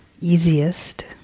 easiest